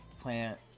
plant